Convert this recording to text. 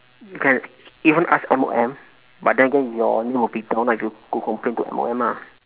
you can even ask M_O_M but then again your name will be down ah if you go to complain to M_O_M ah